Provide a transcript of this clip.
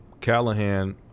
Callahan